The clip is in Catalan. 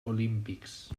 olímpics